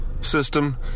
system